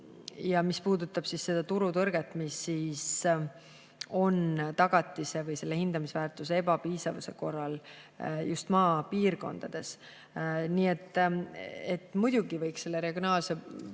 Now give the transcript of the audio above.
mis puudutab seda turutõrget, mis on tagatise või selle hindamisväärtuse ebapiisavuse korral just maapiirkondades. Nii et muidugi võiks selle regionaalse